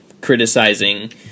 criticizing